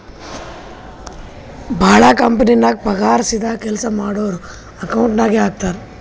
ಭಾಳ ಕಂಪನಿನಾಗ್ ಪಗಾರ್ ಸೀದಾ ಕೆಲ್ಸಾ ಮಾಡೋರ್ ಅಕೌಂಟ್ ನಾಗೆ ಹಾಕ್ತಾರ್